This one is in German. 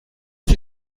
sie